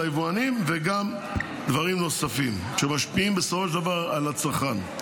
היבואנים וגם דברים נוספים שמשפיעים בסופו של דבר על הצרכן.